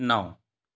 नौ